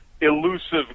elusive